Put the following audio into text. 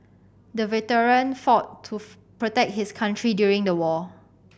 the veteran fought to protect his country during the war